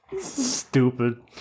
Stupid